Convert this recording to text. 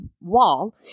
wall